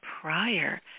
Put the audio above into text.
prior